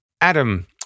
Adam